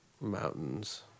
mountains